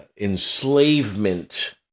enslavement